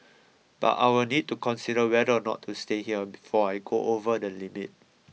but I'll need to consider whether or not to stay here before I go over the limit